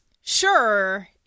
sure